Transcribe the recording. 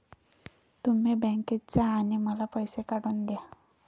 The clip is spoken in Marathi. तुम्ही बँकेत जा आणि मला पैसे काढून दया